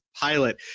pilot